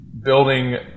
building